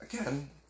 again